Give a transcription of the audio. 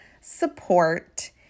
support